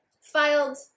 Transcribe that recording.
filed